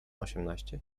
osiemnaście